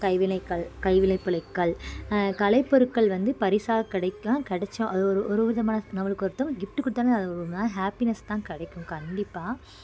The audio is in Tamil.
கைவினைகள் கைவினை பொருட்கள் கலைப்பொருட்கள் வந்து பரிசாக கிடைக்கும் கிடைச்சா அது ஒரு ஒரு விதமான நம்மளுக்கு ஒருத்தவங்கள் கிஃப்ட்டு கொடுத்தாலே அது ஒருமாதிரி ஹாப்பினஸ் தான் கிடைக்கும் கண்டிப்பாக